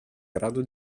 grado